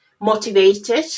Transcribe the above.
motivated